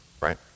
Right